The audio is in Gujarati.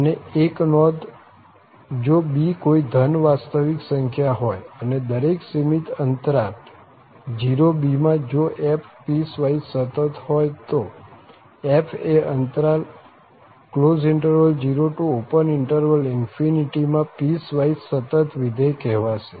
અને એક નોંધ જો b કોઈ ધન વાસ્તવિક સંખ્યા હોય અને દરેક સીમિત અંતરાલ 0b માં જો f પીસવાઈસ સતત હોય તો f એ અંતરાલ 0∞ માં પીસવાઈસ સતત વિધેય કહેવાશે